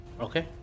Okay